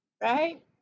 Right